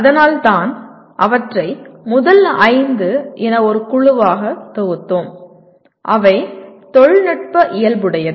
அதனால்தான் அவற்றை முதல் 5 என ஒரு குழுவாக தொகுத்தோம் அவை தொழில்நுட்ப இயல்புடையது